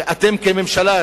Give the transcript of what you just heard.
שאתם כממשלה,